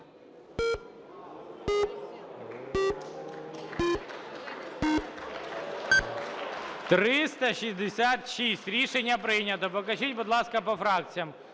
Рішення прийнято. Покажіть, будь ласка, по фракціям.